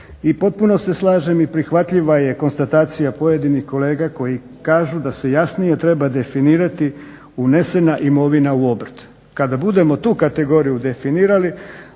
I potpuno se slažem i prihvatljiva je konstatacija pojedinih kolega koji kažu da se jasnije treba definirati unesena imovina u obrt. Kada budemo tu kategoriju definirali